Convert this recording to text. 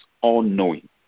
all-knowing